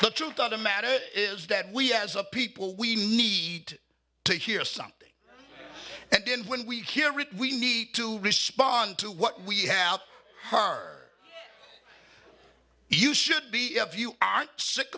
the truth of the matter is that we as a people we need to hear something and then when we hear it we need to respond to what we have heard you should be if you aren't sick